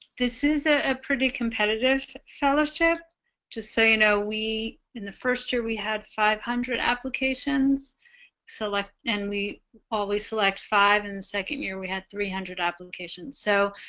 this is a ah pretty competitive show check to say you know we in the first year we had five hundred applications select and we always select five in the second year we had three hundred applications so